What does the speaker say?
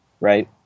right